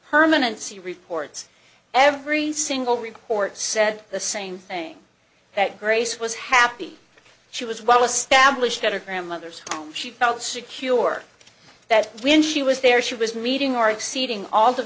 permanency reports every single report said the same thing that grace was happy she was well established at her grandmother's home she felt secure that when she was there she was meeting or exceeding all